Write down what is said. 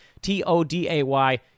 T-O-D-A-Y